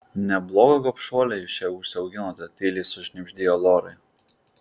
neblogą gobšuolę jūs čia užsiauginote tyliai sušnibždėjo lorai